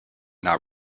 not